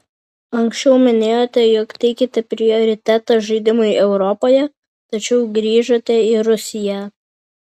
anksčiau minėjote jog teikiate prioritetą žaidimui europoje tačiau grįžote į rusiją